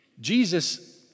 Jesus